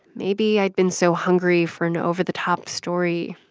maybe i'd been so hungry for an over-the-top story,